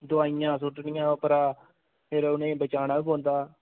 दवाइयां सुट्टनियां उप्परा फिर उ'नेंगी बचाना बी पौंदा